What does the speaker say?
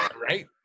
Right